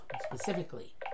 specifically